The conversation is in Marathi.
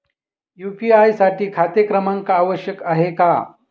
यू.पी.आय साठी खाते क्रमांक आवश्यक आहे का?